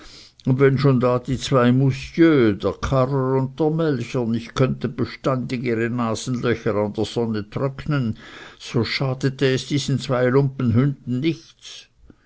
und wenn schon da die zwei musjö der karrer und der melcher nicht könnten beständig ihre nasenlöcher an der sonne tröcknen so schadete es diesen zwei lumpenhünden nichts